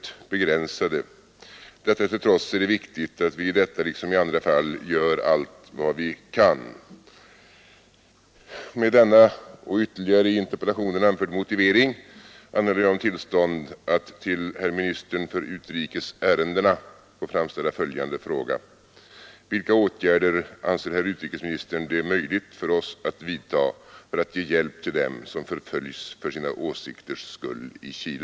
Det blev militären som kom att kasta resterna av den konstitutionella ordningen över ända genom sin blodiga kupp. Våra möjligheter att göra aktiva insatser för dem som utsätts för förföljelser för sina åsikters skull i Chile är självfallet ytterst begränsade. Detta till trots är det viktigt att vii detta liksom i alla andra fall gör allt vi kan. Med anledning härav anhåller jag om kammarens tillstånd att till herr utrikesministern få framställa följande fråga: Vilka åtgärder anser utrikesministern det är möjligt för oss att vidta för att ge hjälp till dem som förföljs för sina åsikters skull i Chile?